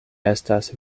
estas